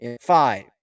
five